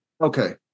Okay